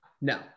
no